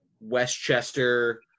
Westchester